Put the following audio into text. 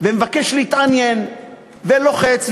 ומבקש להתעניין ולוחץ.